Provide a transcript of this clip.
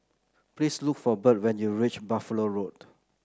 please look for Birt when you reach Buffalo Road